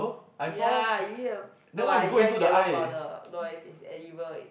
ya you need of no lah ya yellow powder no it's it's edible it's